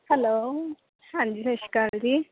hello ਹਾਂਜੀ ਸਤਿ ਸ਼੍ਰੀ ਅਕਾਲ ਜੀ